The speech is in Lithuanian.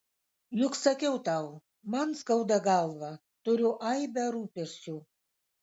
juk sakiau tau man skauda galvą turiu aibę rūpesčių